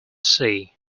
see